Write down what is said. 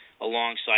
Alongside